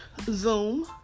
Zoom